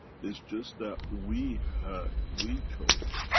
is just that, we had, we chose,